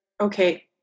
okay